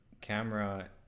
camera